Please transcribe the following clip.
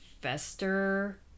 Fester